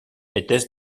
étaient